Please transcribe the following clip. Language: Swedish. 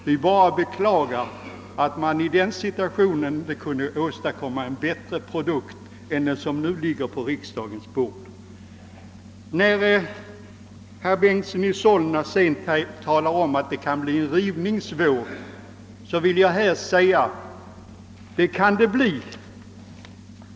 Vi bara beklagar att de i den situationen inte kunde åstadkomma en bättre produkt än den som nu ligger på riksdagens bord. Herr Bengtson i Solna fruktade att det kunde bli en rivningsvåg.